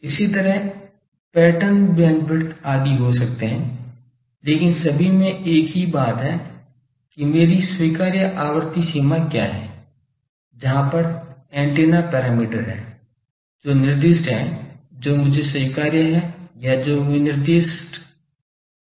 इसी तरह pattern bandwidth आदि हो सकते हैं लेकिन सभी में एक ही बात है कि मेरी स्वीकार्य आवृत्ति सीमा क्या है जहां पर ऐन्टेना पैरामीटर है जो निर्दिष्ट है जो मुझे स्वीकार्य है या जो विनिर्देश के भीतर है